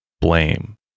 blame